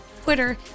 Twitter